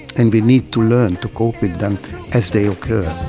and we need to learn to cope with them as they occur.